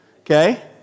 Okay